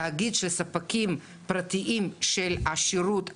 תאגיד של ספקים פרטיים של שירות האמבולנסים,